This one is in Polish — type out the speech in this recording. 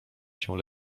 się